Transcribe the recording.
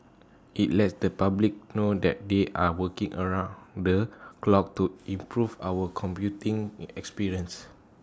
IT lets the public know that they are working around the clock to improve our commuting experience